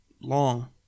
long